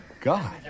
God